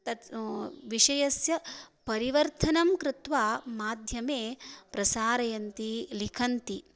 तस्य विषयस्य परिवर्तनं कृत्वा माध्यमे प्रसारयन्ति लिखन्ति